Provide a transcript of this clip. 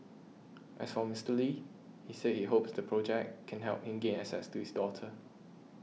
as for Mister Lee he said he hopes the project can help him gain access to his daughter